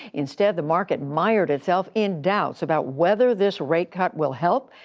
instead, the market mired itself in doubts about whether this rate cut will help,